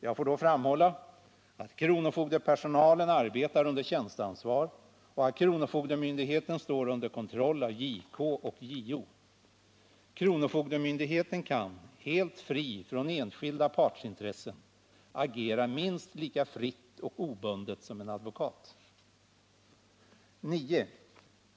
Jag får då framhålla att kronofogdepersonalen arbetar under tjänsteansvar och att kronofogdemyndigheten står under kontroll av JK och JO. Kronofogdemyndigheten kan, helt fri från enskilda partsintressen, agera minst lika fritt och obundet som en advokat. 9.